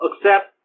accept